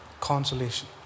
consolation